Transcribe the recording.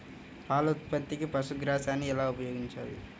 పాల ఉత్పత్తికి పశుగ్రాసాన్ని ఎలా ఉపయోగించాలి?